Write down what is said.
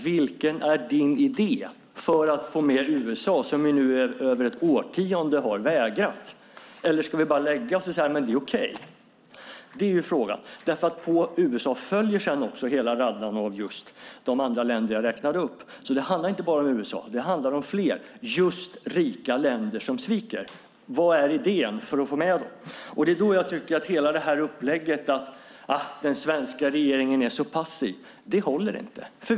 Vilken är din idé för att få med USA, som nu i över ett årtionde har vägrat? Ska vi bara lägga oss och säga att det är okej? På USA följer hela raddan av de andra länderna jag räknade upp. Det handlar inte bara om USA utan det handlar om fler rika länder som sviker. Vad är idén för att få med dem? Hela upplägget att den svenska regeringen är så passiv håller inte.